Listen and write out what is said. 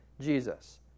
Jesus